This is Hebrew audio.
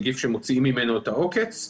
נגיף שמוציאים ממנו את העוקץ.